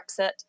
Brexit